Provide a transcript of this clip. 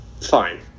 fine